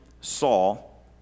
Saul